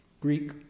Greek